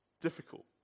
difficult